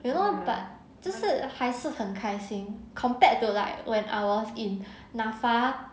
you know but 就是还是很开心 compared to like when I was in N_A_F_A